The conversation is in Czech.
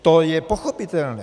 To je pochopitelné.